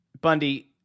Bundy